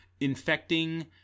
infecting